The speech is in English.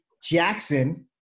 Jackson